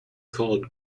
called